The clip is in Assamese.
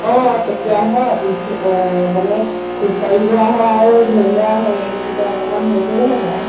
অঁ তেতিয়াহে মানে খোজকাঢ়ি যোৱাহে আৰু ধৰি লোৱা সেই কি কয় অকণমান হেৰি কৰিব লাগে আৰু